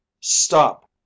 stop